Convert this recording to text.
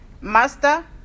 master